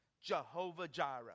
Jehovah-Jireh